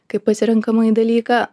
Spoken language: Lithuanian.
kaip pasirenkamąjį dalyką